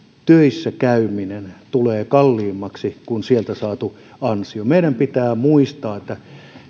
töissäkäyminen tulee kalliimmaksi kuin sieltä saatu ansio meidän pitää muistaa että